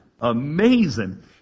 amazing